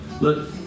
look